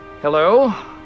hello